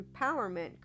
empowerment